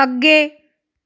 ਅੱਗੇ